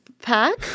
pack